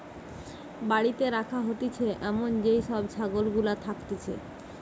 বাড়িতে রাখা হতিছে এমন যেই সব ছাগল গুলা থাকতিছে